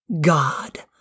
God